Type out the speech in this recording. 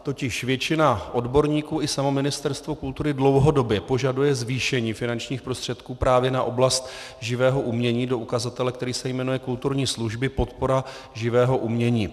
Totiž většina odborníků i samo Ministerstvo kultury dlouhodobě požaduje zvýšení finančních prostředků právě na oblast živého umění do ukazatele, který se jmenuje kulturní služby podpora živého umění.